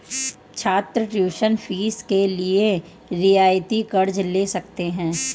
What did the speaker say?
छात्र tuition fees के लिए रियायती कर्ज़ ले सकते हैं